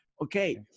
Okay